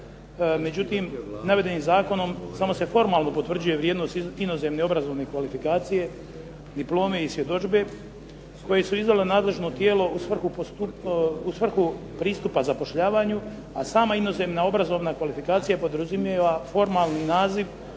Međutim, navedenim zakonom samo se formalno potvrđuje vrijednost inozemne obrazovne kvalifikacije, diplome i svjedodžbe koje su izdale nadležno tijelo u svrhu pristupa zapošljavanju, a sama inozemna obrazovna kvalifikacija podrazumijeva formalni naziv